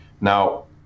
Now